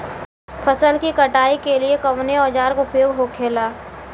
फसल की कटाई के लिए कवने औजार को उपयोग हो खेला?